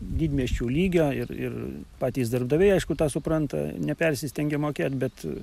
didmiesčių lygio ir ir patys darbdaviai aišku tą supranta nepersistengia mokėt bet